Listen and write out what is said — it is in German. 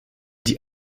die